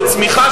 זה צמיחה,